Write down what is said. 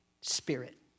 spirit